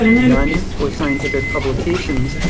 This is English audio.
none were scientific publications.